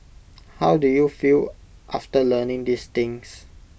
how do you feel after learning these things